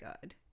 good